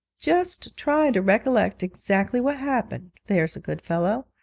just try to recollect exactly what happened, there's a good fellow.